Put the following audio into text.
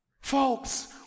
Folks